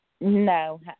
No